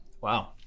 Wow